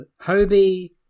Hobie